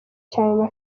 cane